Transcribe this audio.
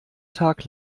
tag